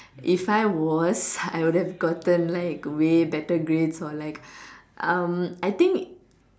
if I was I'll have gotten like way better grades or like um I think